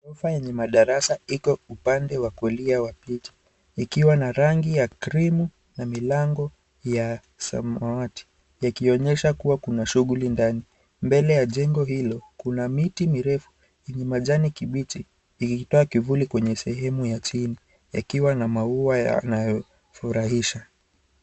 Ghorofa yenye madarasa iko upande wa kulia wa picha ikiwa na rangi ya krimu na milango ya samawati yakionyesha kuwa kuna shughuli ndani. Mbele ya jengo hilo kuna miti mirefu yenye majani kibiji ikikitoa kivuli kwenye sehemu ya chini yakiwa na maua yanayofurahisha.